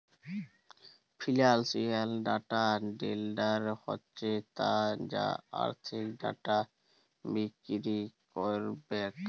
financial data vendor হছে তারা যারা আথ্থিক ডাটা বিক্কিরি ক্যারবেক